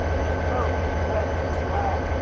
his throat and breast were black,